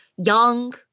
Young